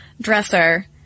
dresser